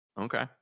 Okay